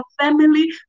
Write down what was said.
family